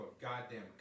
goddamn